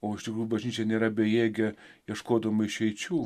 o iš tikrųjų bažnyčia nėra bejėgė ieškodama išeičių